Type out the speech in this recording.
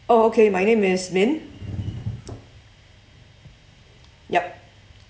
oh okay my name is min yup